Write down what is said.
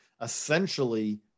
essentially